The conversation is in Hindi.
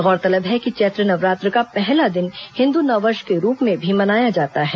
गौरतलब है कि चैत्र नवरात्र का पहला दिन हिन्दू नववर्ष के रूप में भी मनाया जाता है